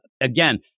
again